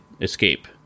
escape